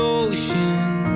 ocean